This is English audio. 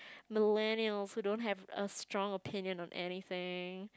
millennials who don't have a strong opinion on anything